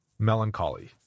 melancholy